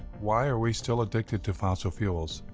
why are we still addicted to fossil fuels?